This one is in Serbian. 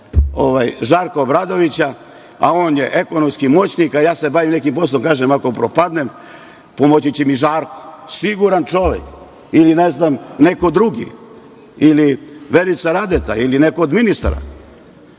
Žarka Obradovića, a on je ekonomski moćnik, a ja se bavim nekim poslom i kažem – ako propadnem, pomoći će mi Žarko. Siguran čovek. Ili neko drugi, Vjerica Radeta ili neko od ministara.